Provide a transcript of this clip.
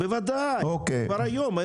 בוודאי, כבר היום.